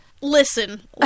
listen